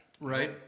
Right